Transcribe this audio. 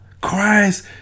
Christ